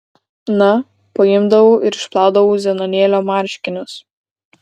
na paimdavau ir išplaudavau zenonėlio marškinius